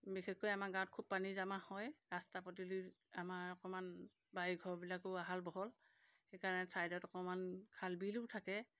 বিশেষকৈ আমাৰ গাঁৱত খুব পানী জমা হয় ৰাস্তা পদূলি আমাৰ অকণমান বাৰী ঘৰবিলাকো আহল বহল সেইকাৰণে ছাইডত অকণমান খাল বিলো থাকে